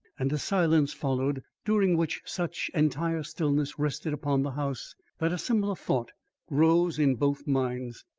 and a silence followed, during which such entire stillness rested upon the house that a similar thought rose in both minds.